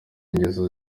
ngeso